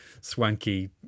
swanky